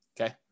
Okay